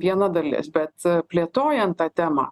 viena dalis bet plėtojant tą temą